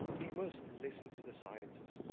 we must listen to the scientists.